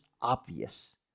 obvious